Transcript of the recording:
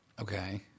Okay